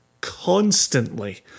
constantly